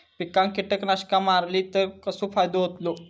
पिकांक कीटकनाशका मारली तर कसो फायदो होतलो?